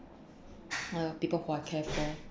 or the people who I care for